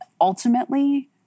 ultimately